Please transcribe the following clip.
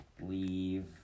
leave